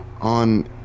on